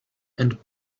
and